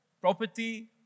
Property